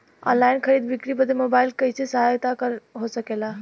Online खरीद बिक्री बदे मोबाइल कइसे सहायक हो सकेला?